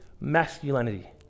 masculinity